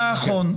נכון.